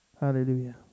Hallelujah